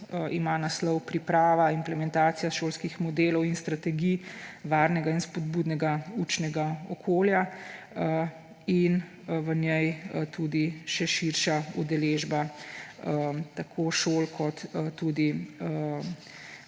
ima naslov Priprava in implementacija šolskih modelov in strategij varnega in spodbudnega učnega okolja in v njej je še širša udeležba tako šol kot tudi